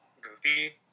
goofy